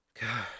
God